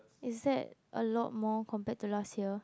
is that a lot more compared to last year